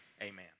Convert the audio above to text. Amen